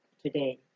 today